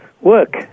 work